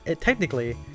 technically